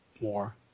more